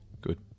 Good